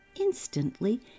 instantly